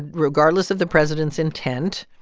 regardless of the president's intent,